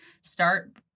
Start